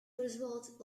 roosevelt